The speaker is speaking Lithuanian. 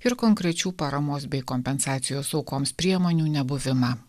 ir konkrečių paramos bei kompensacijos aukoms priemonių nebuvimą